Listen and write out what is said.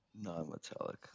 Non-metallic